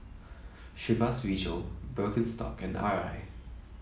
Chivas Regal Birkenstock and Arai